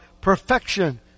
perfection